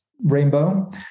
rainbow